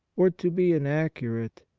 or to be inaccurate,